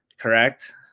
correct